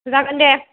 जागोन दे